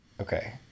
Okay